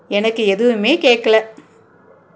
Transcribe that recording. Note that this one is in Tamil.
எனக்கு எதுவுமே கேட்கல